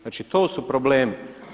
Znači, to su problemi.